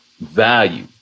value